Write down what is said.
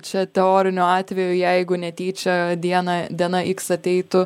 čia teoriniu atveju jeigu netyčia dieną diena iks ateitų